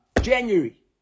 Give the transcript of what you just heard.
January